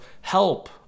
help